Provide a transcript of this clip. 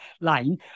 line